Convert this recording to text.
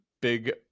big